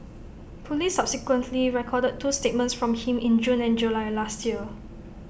Police subsequently recorded two statements from him in June and July last year